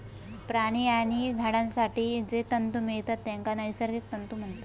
प्राणी आणि झाडांपासून जे तंतु मिळतत तेंका नैसर्गिक तंतु म्हणतत